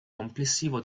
complessivo